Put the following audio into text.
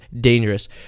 dangerous